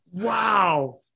Wow